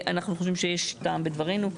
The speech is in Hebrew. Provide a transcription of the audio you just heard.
אנחנו חושבים שיש טעם בדברינו.